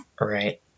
right